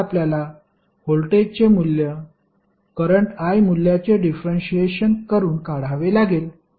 आता आपल्याला व्होल्टेजचे मूल्य करंट i मूल्याचे डिफरेन्शिएशन करून काढावे लागेल